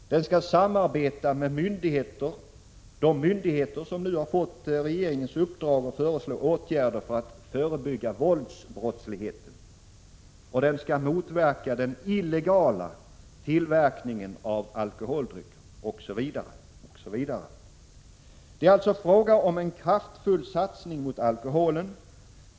Den skall samarbeta med de myndigheter som nu har fått regeringens uppdrag att föreslå åtgärder för att förebygga våldsbrottsligheten. Den skall motverka den illegala tillverkningen av alkoholdrycker osv. Det är alltså fråga om en kraftfull satsning mot alkoholen.